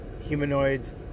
humanoids